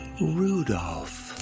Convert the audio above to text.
Rudolph